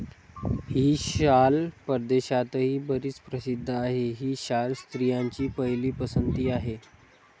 ही शाल परदेशातही बरीच प्रसिद्ध आहे, ही शाल स्त्रियांची पहिली पसंती आहे